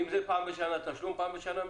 אם זה תשלום פעם בשנה,